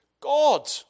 God